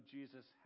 Jesus